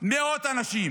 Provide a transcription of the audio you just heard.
מאות אנשים